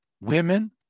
women